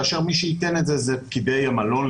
כאשר מי שייתן את זה אלה פקידי המלון.